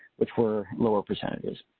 which were lower percentages.